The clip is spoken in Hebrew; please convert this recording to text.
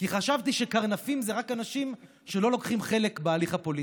כי חשבתי שקרנפים זה רק אנשים שלא לוקחים חלק בהליך הפוליטי.